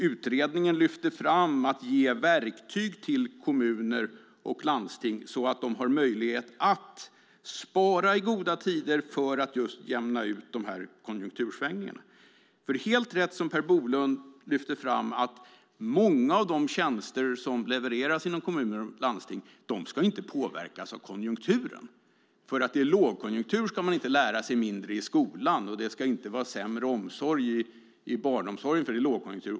Utredningen lyfter fram att man ska ge verktyg till kommuner och landsting så att de har möjlighet att spara i goda tider för att jämna ut konjunktursvängningarna. Det är helt rätt som Per Bolund säger att många tjänster som levereras inom kommuner och landsting inte ska påverkas av konjunkturen. Bara för att det är lågkonjunktur ska man inte lära sig mindre i skolan, och det ska inte vara sämre omsorg i barnomsorgen för att det är lågkonjunktur.